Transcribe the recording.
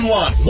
one